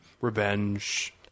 revenge